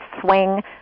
swing